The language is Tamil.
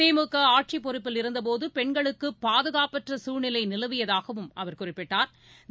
திமுகஆட்சிப் பொறுப்பில் இருந்தபோதபெண்களுக்குபாதுகாப்பற்றகுழ்நிலைநிலவியதாகவும் அவர் குறிப்பிட்டா்